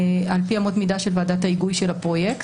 על פי אמות מידה של ועדת ההיגוי של הפרויקט.